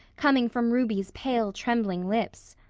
coming from ruby's pale, trembling lips.